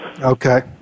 Okay